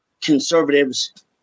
conservatives